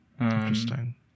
Interesting